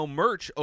merch